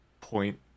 point